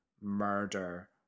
murder